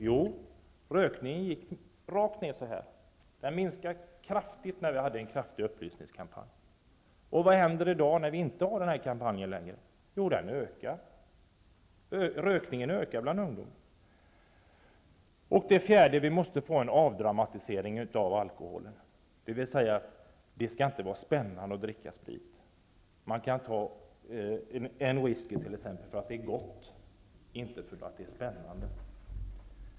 Jo, rökningen gick rakt ned; den minskade kraftigt efter den upplysningskampanjen. Vad händer i dag, när det inte förs någon kampanj? Jo, rökningen ökar bland ungdomar. 4. Vi måste få en avdramatisering av alkoholen, dvs. att det inte skall vara spännande att dricka sprit. Man kan ta t.ex. en whisky för att det är gott, inte för att det är spännande.